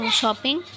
shopping